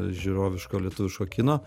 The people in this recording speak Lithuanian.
žiūroviško lietuviško kino